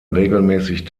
regelmäßig